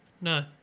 No